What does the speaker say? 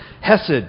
hesed